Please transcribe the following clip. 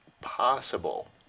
possible